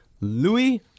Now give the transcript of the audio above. Louis